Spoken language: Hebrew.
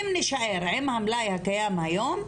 אם נישאר עם המלאי הקיים היום,